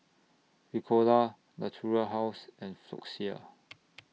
Ricola Natura House and Floxia